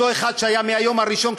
אותו אחד שהיה מהיום הראשון,